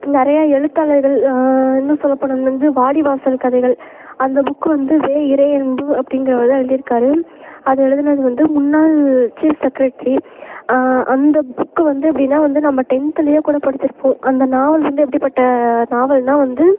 நிறையா எழுத்தாளர்கள் இன்னும் சொல்லப்போனால் வந்து வாடிவாசல் கதைகள் அந்த புக்கு வந்து வே இறையன்பு அப்படிங்கிறவர் தான் எழுதிருக்காரு அது எழுதுனது வந்து முன்னாள் சீஃப் செக்ரட்ரி அந்த புக்கு வந்து எப்படின்னா வந்து நம்ம டென்த்துலையே கூட படிச்சுருப்போம் அந்த நாவல் வந்து எப்படிப்பட்ட நாவல்னால் வந்து